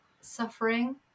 suffering